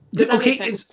Okay